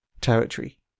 territory